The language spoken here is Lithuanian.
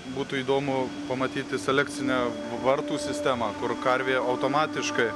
būtų įdomu pamatyti selekcinę vartų sistemą kur karvė automatiškai